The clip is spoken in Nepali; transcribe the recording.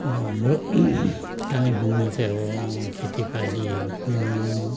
अब हाम्रो कालिम्पोङमा चाहिँ अब खेतीपाती भनूँ